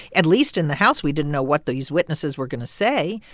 at least in the house, we didn't know what these witnesses were going to say.